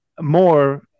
more